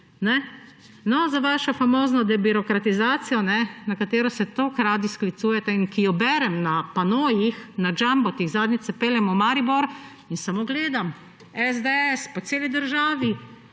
Vaša famozna debirokratizacija, na katero se tako radi sklicujete in ki jo berem na panojih, na jumbotih. Zadnjič se peljem v Maribor in samo gledam, SDS po celi državi